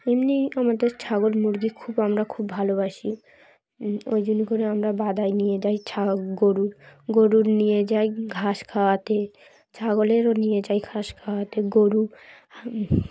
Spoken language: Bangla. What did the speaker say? এমনিই আমাদের ছাগল মুরগি খুব আমরা খুব ভালোবাসি ওই জন্য করে আমরা বাদায় নিয়ে যাই ছাগল গরু গরু নিয়ে যাই ঘাস খাওয়াতে ছাগলেরও নিয়ে যাই ঘাস খাওয়াতে গরু